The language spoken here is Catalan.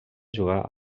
jugar